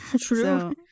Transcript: True